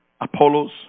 Apollos